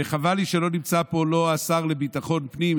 וחבל לי שלא נמצאים פה לא השר לביטחון פנים,